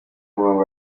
murongo